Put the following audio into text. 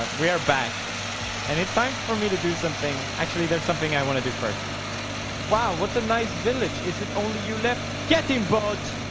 um we are back and it's time for me to do something. actually. there's something i want to do first wow, what a nice village. is it only you left getting boat?